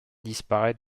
disparaît